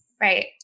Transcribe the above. Right